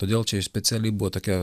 todėl čia ir specialiai buvo tokia